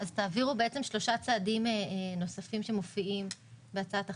תעבירו שלושה צעדים נוספים שמופיעים בהצעת החוק.